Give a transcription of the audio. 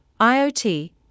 IOT